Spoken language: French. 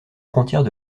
frontières